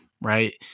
right